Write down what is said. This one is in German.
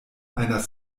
einer